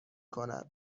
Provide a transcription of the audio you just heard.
کند